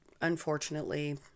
unfortunately